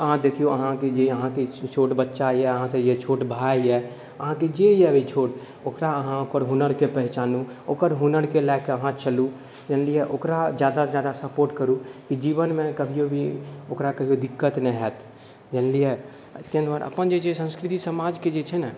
अहाँ देखियौ अहाँ के जे अहाँके छोट बच्चा यऽ अहाँसँ जे छोट भाय यऽ अहाँके जे भी यऽ छोट ओकरा अहाँ ओकर हुनरके पहचानू ओकर हुनरके लअ कऽ अहाँ चलू जानलियै ओकरा जादासँ जादा सपोर्ट करू जीवनमे कभियो भी ओकरा कहियो दिक्कत नहि हैत जानलियै तैं दुआरे अपन जे संस्कृति समाजके जे छै ने